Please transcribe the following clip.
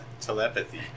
telepathy